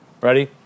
Ready